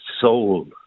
soul